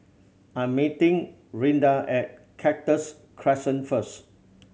I'm meeting Rinda at Cactus Crescent first